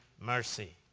mercy